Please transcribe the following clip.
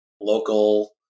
local